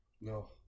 No